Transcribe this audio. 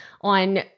on